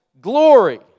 glory